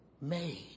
made